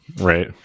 Right